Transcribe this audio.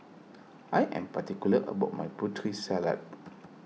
I am particular about my Putri Salad